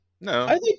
No